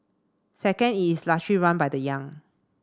second is largely run by the young